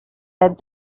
that